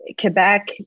Quebec